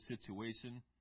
situation